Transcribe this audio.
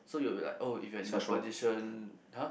so you will be like oh if you are in the position !huh!